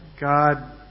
God